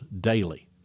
daily